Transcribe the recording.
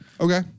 Okay